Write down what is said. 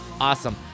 awesome